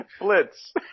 Blitz